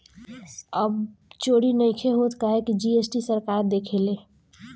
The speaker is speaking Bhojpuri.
अब चोरी नइखे होत काहे की जी.एस.टी सरकार देखेले